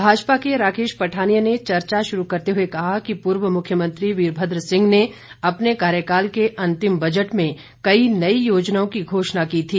भाजपा के राकेश पठानिया ने चर्चा शुरू करते हुए कहा कि पूर्व मुख्यमंत्री वीरभद्र सिंह ने अपने कार्यकाल के अंतिम बजट में कई नई योजनाओं की घोषणा की थी